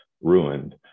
ruined